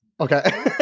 Okay